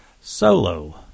solo